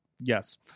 Yes